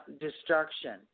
destruction